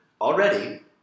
already